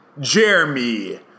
Jeremy